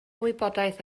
wybodaeth